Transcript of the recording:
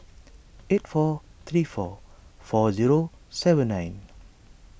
eight four three four four zero seven nine